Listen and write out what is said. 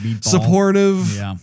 supportive